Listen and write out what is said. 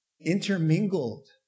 intermingled